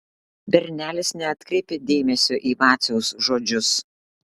bernelis neatkreipė dėmesio į vaciaus žodžius